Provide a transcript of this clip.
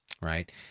right